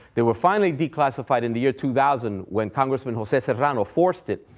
they were finally declassified in the year two thousand when congressman jose serrano forced it.